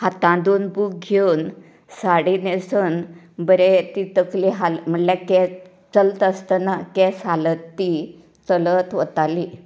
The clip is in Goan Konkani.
हातांत दोन बुक घेवन साडी न्हेसून बरें ती तकली हाल म्हळ्यार चलता आसतना केंस हालयत ती चलत वताली